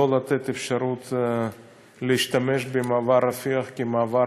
לא לתת אפשרות להשתמש במעבר רפיח כמעבר